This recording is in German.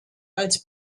als